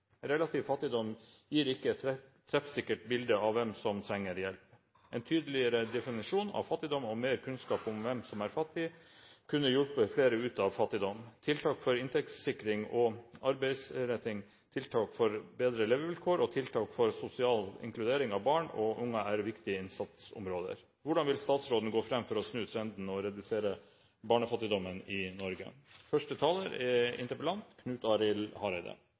Relativ fattigdom gir likevel ikkje eit treffsikkert bilete av kven som treng hjelp. Ein tydelegare definisjon av fattigdom og meir kunnskap om kven som er fattig, kunne hjelpt fleire ut av fattigdom. Tiltak for inntektssikring og arbeidsretting, tiltak for betre levekår og tiltak for sosial inkludering av barn og unge er viktige innsatsområde. Når det gjeld mitt spørsmål til statsråden, har eg forventingar fordi ho er ein statsråd som har markert seg med eit engasjement for